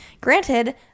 Granted